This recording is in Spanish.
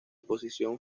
posición